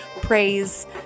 praise